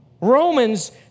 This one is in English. Romans